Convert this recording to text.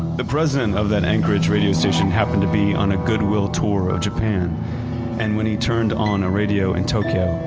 the president of that anchorage radio station happened to be on a goodwill tour of japan and when he turned on a radio in tokyo,